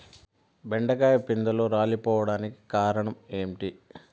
బెండకాయ పిందెలు రాలిపోవడానికి కారణం ఏంటి?